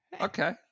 Okay